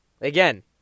Again